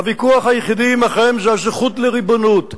הוויכוח היחיד עמכם זה על הזכות לריבונות.